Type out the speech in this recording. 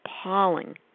appalling